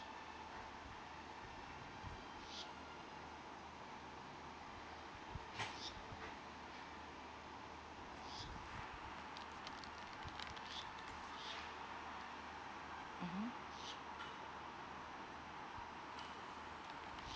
mmhmm